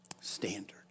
standard